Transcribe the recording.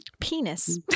penis